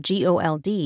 GOLD